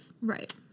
Right